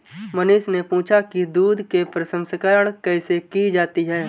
मनीष ने पूछा कि दूध के प्रसंस्करण कैसे की जाती है?